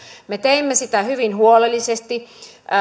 me teimme tätä meidän lausumaehdotustamme hyvin huolellisesti